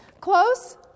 Close